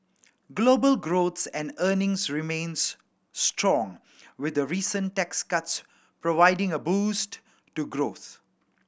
global growth and earnings remains strong with the recent tax cuts providing a boost to growth